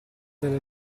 delle